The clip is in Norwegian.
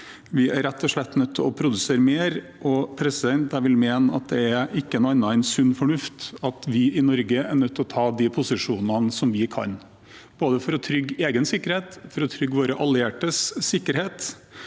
Vi er rett og slett nødt til å produsere mer, og jeg vil mene at det ikke er noe annet enn sunn fornuft at vi i Norge er nødt til å ta de posisjonene som vi kan, både for å trygge egen sikkerhet, for å trygge våre alliertes sikkerhet